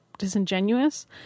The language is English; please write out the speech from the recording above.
Disingenuous